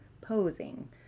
posing